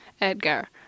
Edgar